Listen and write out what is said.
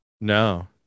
No